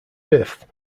fifth